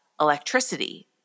electricity